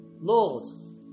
Lord